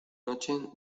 noche